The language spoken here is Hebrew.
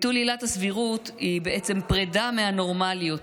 ביטול עילת הסבירות היא בעצם פרידה מהנורמליות,